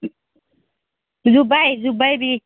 जोब्बाय जोब्बाय बि